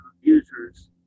users